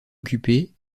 occupées